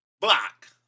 Block